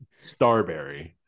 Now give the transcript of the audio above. Starberry